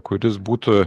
kuris būtų